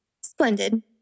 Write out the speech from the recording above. Splendid